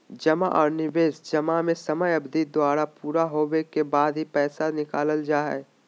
जमा आर निवेश जमा में समय अवधि पूरा होबे के बाद ही पैसा निकालल जा हय